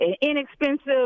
inexpensive